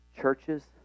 churches